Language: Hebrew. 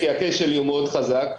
כי ה-case שלי הוא מאוד חזק.